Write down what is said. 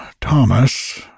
Thomas